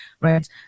right